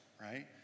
right